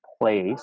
place